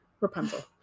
rapunzel